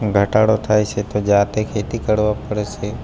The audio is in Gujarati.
ઘટાડો થાય છે તો જાતે ખેતી કરવા પડે છે